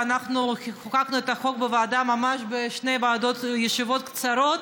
ואנחנו חוקקנו את החוק בוועדה ממש בשתי ישיבות קצרות.